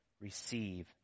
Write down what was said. receive